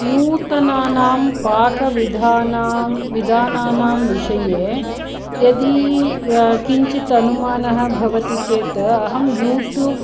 नूतनानां पाकविधानां विधानानां विषये यदि किञ्चित् अनुमानं भवति चेत् अहम् यूट्यूब्